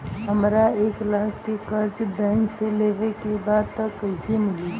हमरा एक लाख के कर्जा बैंक से लेवे के बा त कईसे मिली?